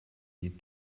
eat